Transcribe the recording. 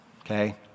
okay